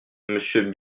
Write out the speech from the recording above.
monsieur